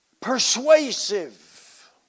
persuasive